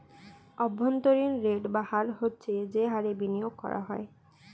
অভ্যন্তরীণ রেট বা হার হচ্ছে যে হারে বিনিয়োগ করা হয়